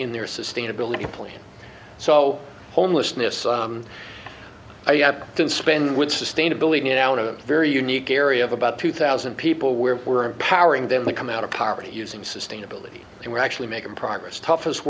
in their sustainability plan so homelessness i have been spending with sustainability now in a very unique area of about two thousand people where we're empowering them to come out of poverty using sustainability and we're actually making progress toughest